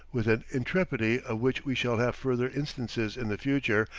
with an intrepidity of which we shall have further instances in the future,